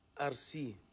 RC